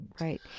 Right